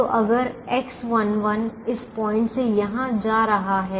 तो अगर X11 इस पॉइंट से यहां जा रहा है